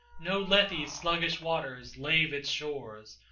no lethe's sluggish waters lave its shores,